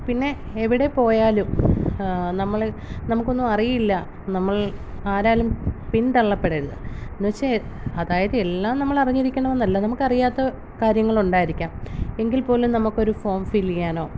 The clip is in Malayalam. പിന്നെ എവിടെ പോയാലും നമ്മള് നമുക്കൊന്നും അറിയില്ല നമ്മൾ ആരാലും പിന്തള്ളപ്പെടരുത് എന്നുവെച്ചാല് അതായത് എല്ലാം നമ്മള് അറിഞ്ഞിരിക്കണമെന്നല്ല നമുക്കറിയാത്ത കാര്യങ്ങളുണ്ടായിരിക്കാം എങ്കിൽ പോലും നമുക്കൊരു ഫോം ഫില് ചെയ്യാനോ